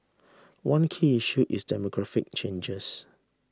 one key issue is demographic changes